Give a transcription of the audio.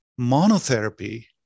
monotherapy